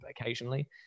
occasionally